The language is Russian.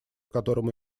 которому